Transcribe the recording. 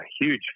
huge